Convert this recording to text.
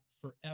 forever